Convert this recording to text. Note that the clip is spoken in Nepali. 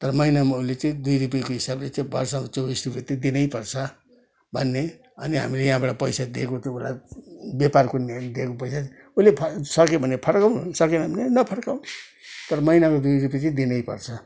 तर महिनामा उसले चाहिँ दुई रुपियाँको हिसाबले चाहिँ वर्षको चौबिस रुपियाँ चाहिँ दिनैपर्छ भन्ने अनि हामीले यहाँबाट पैसा दिएको चाहिँ उसलाई व्यापारको निम्ति दिएको पैसा उसले फ सक्यो भने फर्काओस् सकेन भने नफर्काओस् तर महिनाको दुई रुपियाँ चाहिँ दिनैपर्छ भन्ने